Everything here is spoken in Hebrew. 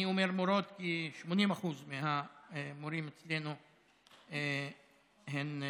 אני אומר "מורות" כי 80% מהמורים אצלנו הן מורות.